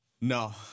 No